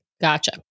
Gotcha